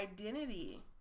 identity